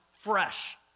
fresh